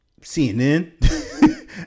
CNN